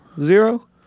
Zero